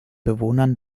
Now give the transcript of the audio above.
bewohnern